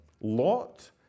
Lot